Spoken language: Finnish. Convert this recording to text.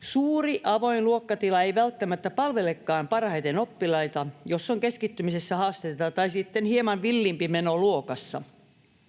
Suuri avoin luokkatila ei välttämättä palvelekaan parhaiten oppilaita, jos on keskittymisessä haasteita tai sitten hieman villimpi meno luokassa.